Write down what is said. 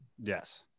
Yes